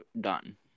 done